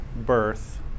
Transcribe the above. birth